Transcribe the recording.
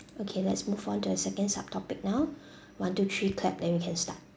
bye okay let's move on to the second sub-topic now one two three clap then we can start